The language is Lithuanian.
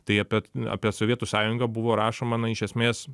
tai apie apie sovietų sąjungą buvo rašoma iš esmės